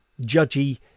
judgy